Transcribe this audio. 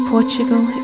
Portugal